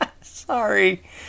Sorry